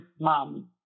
mom